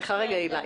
סליחה רגע הילה,